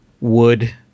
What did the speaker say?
wood